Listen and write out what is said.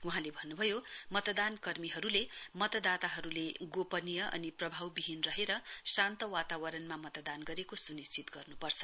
वहाँले भन्नुभयो मतदान कर्मीहरूले मतदाताहरूले गोपनीय अनि प्रभाव बिहीन रहेर शान्त वातावरणमा मतदान गरेको सुनिश्चित गर्नुपर्छ